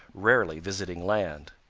rarely visiting land.